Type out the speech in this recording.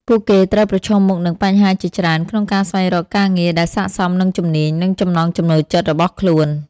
ពួកគេត្រូវប្រឈមមុខនឹងបញ្ហាជាច្រើនក្នុងការស្វែងរកការងារដែលស័ក្តិសមនឹងជំនាញ និងចំណង់ចំណូលចិត្តរបស់ខ្លួន។